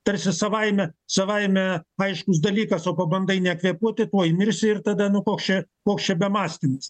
tarsi savaime savaime aiškus dalykas o pabandai nekvėpuoti tuoj mirsi ir tada nu koks čia koks čia bemąstymas